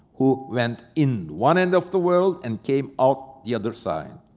who went in one end of the world and came out the other side.